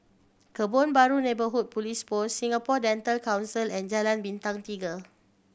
Kebun Baru Neighbourhood Police Post Singapore Dental Council and Jalan Bintang Tiga